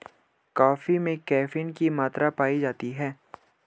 coffee में caffeine की मात्रा पाई जाती है